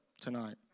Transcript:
tonight